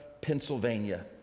Pennsylvania